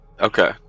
okay